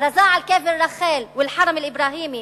הכרזה על קבר רחל ואל-חרם אל-אברהימי,